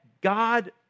God